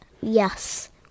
Yes